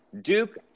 Duke